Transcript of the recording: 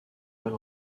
earl